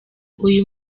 uyu